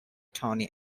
tony